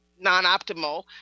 non-optimal